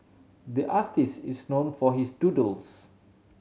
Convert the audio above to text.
the artist is known for his doodles